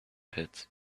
pits